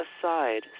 aside